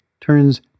turns